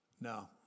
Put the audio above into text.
No